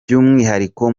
by’umwihariko